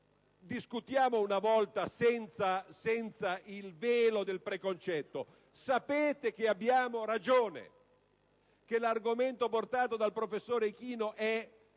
Discutiamo una volta senza il velo del preconcetto: sapete che abbiamo ragione, che l'argomento portato dal professor Ichino è